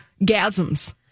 Gasms